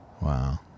Wow